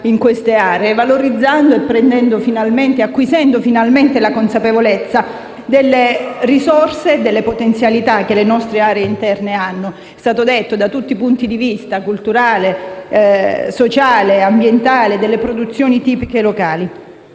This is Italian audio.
in queste aree, acquisendo finalmente la consapevolezza delle risorse e delle potenzialità che le nostre aree interne hanno, come è stato detto, da tutti i punti di vista (culturale, sociale, ambientale e delle produzioni tipiche locali).